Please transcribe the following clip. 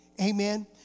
Amen